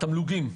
התמלוגים.